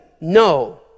No